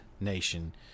nation